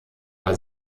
bei